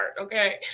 okay